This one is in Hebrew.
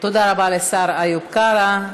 תודה רבה לשר איוב קרא.